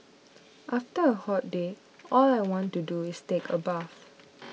after a hot day all I want to do is take a bath